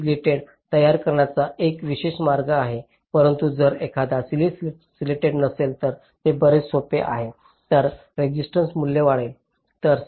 सिलीसीडेड तयार करण्याचा एक विशेष मार्ग आहे परंतु जर एखादा सिलीसाइड नसेल तर जे बरेच सोपे आहे तर रेसिस्टन्स मूल्य वाढते